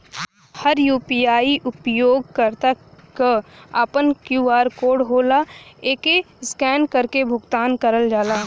हर UPI उपयोगकर्ता क आपन क्यू.आर कोड होला एके स्कैन करके भुगतान करल जाला